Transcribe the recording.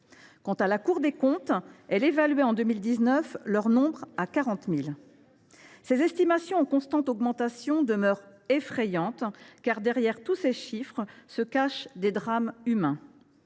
Quant à la Cour des comptes, elle évaluait en 2019 cette population à 40 000 individus. Ces estimations en constante augmentation demeurent effrayantes, car, derrière tous ces chiffres, se cachent des drames humains